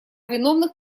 виновных